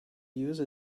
use